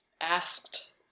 asked